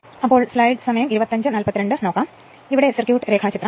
അതിനാൽ നോക്കൂ ഇതാണ് സർക്യൂട്ട് ഡയഗ്രം